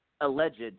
alleged